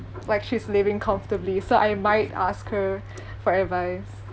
like she's living comfortably so I might ask her for advice